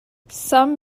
some